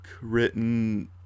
written